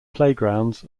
playgrounds